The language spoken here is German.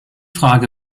frage